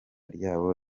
ryabo